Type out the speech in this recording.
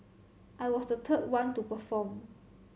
I was the third one to perform